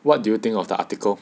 what do you think of the article